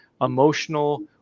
emotional